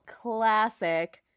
classic